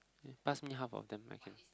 pass me half of them right